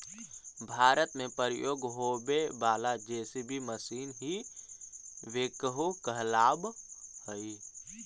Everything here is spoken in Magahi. भारत में प्रयोग होवे वाला जे.सी.बी मशीन ही बेक्हो कहलावऽ हई